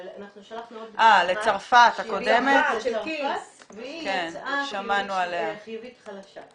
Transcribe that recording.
אבל אנחנו שלחנו עוד בדיקה לצרפת והיא יצאה חיובית חלשה.